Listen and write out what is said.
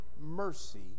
mercy